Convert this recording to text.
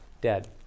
dead